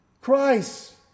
Christ